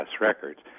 Records